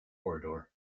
corridor